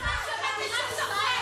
מה זה הפופוליזם הזה?